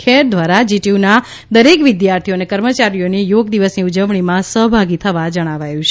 ખેર દ્વારા જીટીયુના દરેક વિદ્યાર્થીઓ અને કર્મચારીઓને યોગ દિવસની ઉજવણીમાં સહભાગી થવા જણાવ્યું છે